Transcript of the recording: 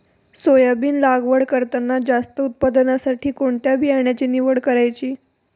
Soybean लागवड करताना जास्त उत्पादनासाठी कोणत्या बियाण्याची निवड करायची?